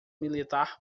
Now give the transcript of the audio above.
militar